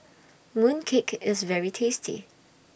Mooncake IS very tasty